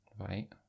Right